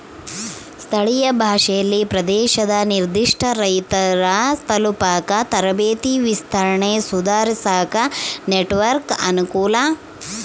ಸ್ಥಳೀಯ ಭಾಷೆಯಲ್ಲಿ ಪ್ರದೇಶದ ನಿರ್ಧಿಷ್ಟ ರೈತರ ತಲುಪಾಕ ತರಬೇತಿ ವಿಸ್ತರಣೆ ಸುಧಾರಿಸಾಕ ನೆಟ್ವರ್ಕ್ ಅನುಕೂಲ